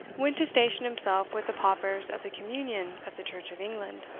went to station himself with the paupers of the communion of the church of england,